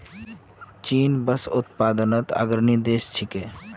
चीन बांस उत्पादनत अग्रणी देश छिके